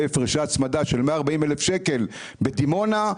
הפרשי הצמדה של 140,000 שקל בדימונה,